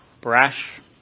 brash